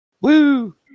Woo